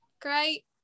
great